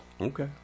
Okay